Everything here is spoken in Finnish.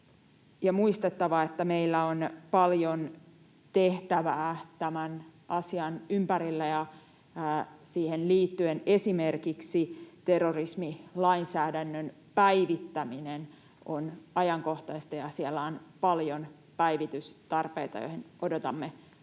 muistettava se, että meillä on paljon tehtävää tämän asian ympärillä ja siihen liittyen. Esimerkiksi terrorismilainsäädännön päivittäminen on ajankohtaista, ja siellä on paljon päivitystarpeita, joihin odotamme